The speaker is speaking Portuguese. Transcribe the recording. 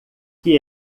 que